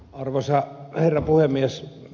arvoisa herra puhemies